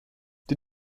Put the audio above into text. die